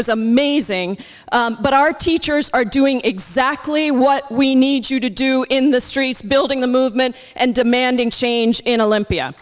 was amazing but our teachers are doing exactly what we need you to do in the streets building the movement and demanding change in a limpia